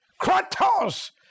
Kratos